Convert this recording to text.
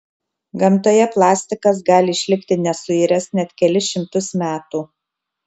gamtoje plastikas gali išlikti nesuiręs net kelis šimtus metų